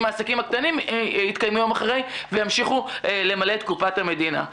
אם העסקים הקטנים יתקיימו יום אחרי וימשיכו למלא את קופת המדינה.